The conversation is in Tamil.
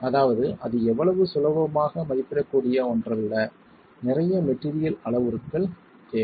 அதாவது அது அவ்வளவு சுலபமாக மதிப்பிடக்கூடிய ஒன்றல்ல நிறைய மெட்டீரியல் அளவுருக்கள் தேவை